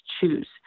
choose